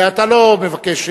אתה לא מבקש,